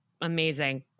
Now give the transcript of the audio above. amazing